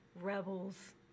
rebels